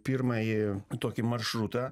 pirmąjį tokį maršrutą